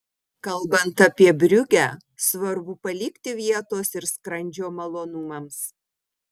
kalbant apie briugę svarbu palikti vietos ir skrandžio malonumams